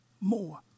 more